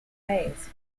ways